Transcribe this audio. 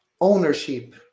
ownership